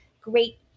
great